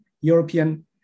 European